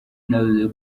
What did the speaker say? yanavuze